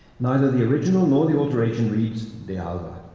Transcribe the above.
neither the original nor the alteration reads de alva.